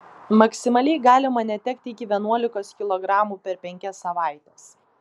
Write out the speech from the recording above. maksimaliai galima netekti iki vienuolikos kilogramų per penkias savaites